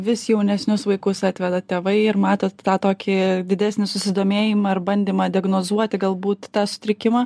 vis jaunesnius vaikus atveda tėvai ir matot tą tokį didesnį susidomėjimą ar bandymą diagnozuoti galbūt tą trikimą